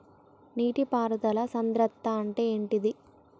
నీటి పారుదల సంద్రతా అంటే ఏంటిది?